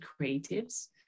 creatives